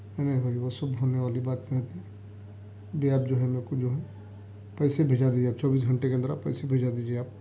نہیں نہیں بھائی وہ سب بھولنے والی بات نہیں تھی ابھی آپ جو ہے میرے کو جو ہے پیسے بھیجا دیجئے آپ چوبیس گھنٹے کے اندر پیسے بھیجا دیجئے آپ